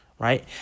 Right